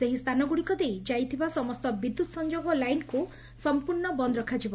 ସେହି ସ୍ଚାନଗୁଡ଼ିକ ଦେଇ ଯାଇଥିବା ସମସ୍ତ ବିଦ୍ୟୁତ୍ ସଂଯୋଗ ଲାଇନ୍କୁ ସଂପୂର୍ଶ୍ଣ ବନ୍ଦ ରଖାଯିବ